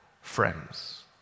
friends